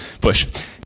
Bush